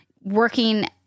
working